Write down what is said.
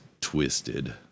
twisted